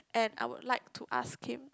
and I would like to ask him